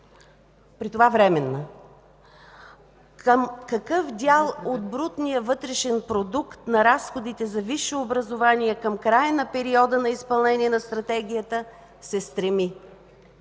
при това временна. Към какъв дял от брутния вътрешен продукт на разходите за висше образование към края на периода на изпълнение на стратегията се стреми?